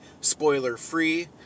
spoiler-free